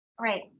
Right